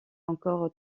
encore